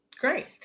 great